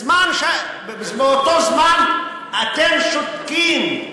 ובאותו זמן אתם שותקים,